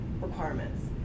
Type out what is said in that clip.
requirements